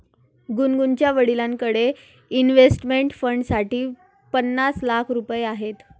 गुनगुनच्या वडिलांकडे इन्व्हेस्टमेंट फंडसाठी पन्नास लाख रुपये आहेत